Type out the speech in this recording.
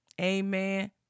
Amen